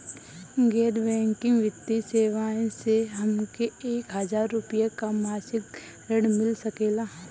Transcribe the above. गैर बैंकिंग वित्तीय सेवाएं से हमके एक हज़ार रुपया क मासिक ऋण मिल सकेला?